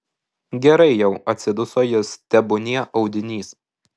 gerai jau atsiduso jis tebūnie audinys